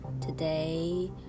today